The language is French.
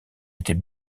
était